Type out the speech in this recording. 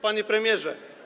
Panie Premierze!